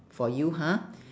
for you ha